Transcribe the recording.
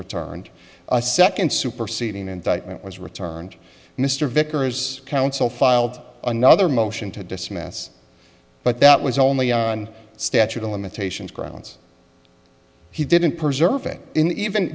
returned a second superseding indictment was returned mr vickers counsel filed another motion to dismiss but that was only on statute of limitations grounds he didn't preserve it in even